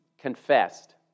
Confessed